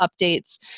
updates